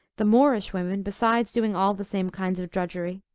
the moorish women, besides doing all the same kinds of drudgery,